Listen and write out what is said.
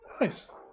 nice